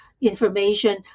information